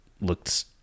looked